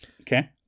Okay